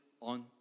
on